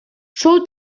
sou